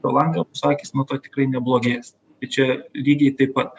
pro langą akys nuo to tikrai neblogės čia lygiai taip pat